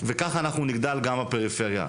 וכך אנחנו נגדל גם בפריפריה.